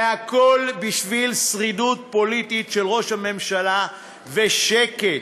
והכול בשביל שרידות פוליטית של ראש הממשלה ושקט.